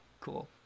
cool